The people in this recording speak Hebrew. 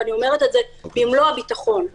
ואני אומרת את זה במלוא הביטחון.